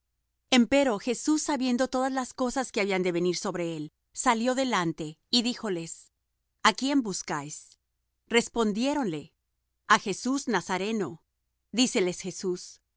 armas empero jesús sabiendo todas las cosas que habían de venir sobre él salió delante y díjoles a quién buscáis respondiéronle a jesús nazareno díceles jesús